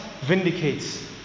vindicates